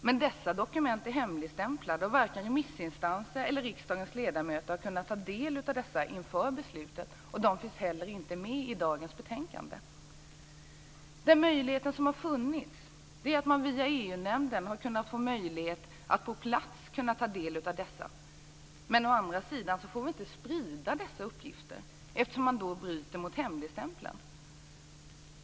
Men dessa dokument är hemligstämplade, och varken remissinstanser eller riksdagens ledamöter har kunnat ta del av dessa inför beslutet. De behandlas inte heller i dagens betänkande. Den möjlighet som har funnits har varit att via EU-nämnden på plats ta del av dokumenten. Men å andra sidan får man inte sprida dessa uppgifter, eftersom man då bryter mot hemligstämpeln.